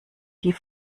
die